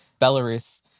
Belarus